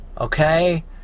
Okay